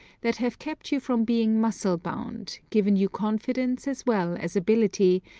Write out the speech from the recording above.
that have kept you from being muscle-bound, given you confidence as well as ability,